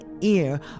ear